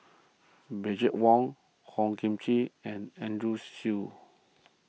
Wong Hor Chim and Andrew Chew